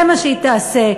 זה מה שהיא תעשה.